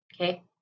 Okay